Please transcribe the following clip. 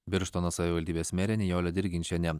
birštono savivaldybės merė nijolė dirginčienė